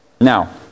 Now